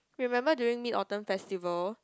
remember during Mid Autumn festival